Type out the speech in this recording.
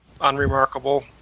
unremarkable